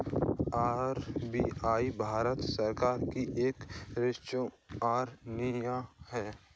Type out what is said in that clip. RBI Bharat सरकार की एक स्टेचुअरी निकाय है